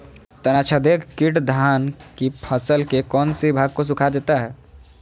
तनाछदेक किट धान की फसल के कौन सी भाग को सुखा देता है?